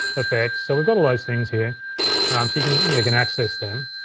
effects. so we've got all those things here so you can you can access them.